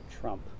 trump